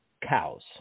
cows